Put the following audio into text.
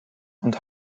und